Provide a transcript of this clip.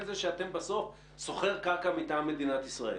זה שאתם סוחרי קרקע מטעם מדינת ישראל.